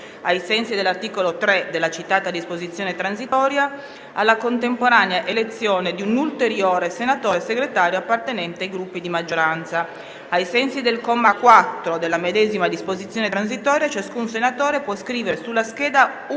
ai sensi dell'articolo 3 della citata disposizione transitoria, alla contemporanea elezione di un ulteriore senatore Segretario appartenente ai Gruppi di maggioranza. Ai sensi del comma 4 della medesima disposizione transitoria, ciascun senatore può scrivere sulla scheda un